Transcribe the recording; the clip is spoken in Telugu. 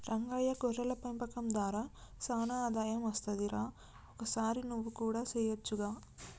రంగయ్య గొర్రెల పెంపకం దార సానా ఆదాయం అస్తది రా ఒకసారి నువ్వు కూడా సెయొచ్చుగా